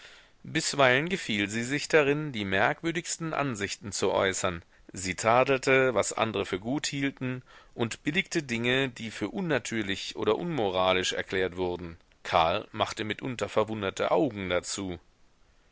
bisweilen gefiel sie sich darin die merkwürdigsten ansichten zu äußern sie tadelte was andre für gut hielten und billigte dinge die für unnatürlich oder unmoralisch erklärt wurden karl machte mitunter verwunderte augen dazu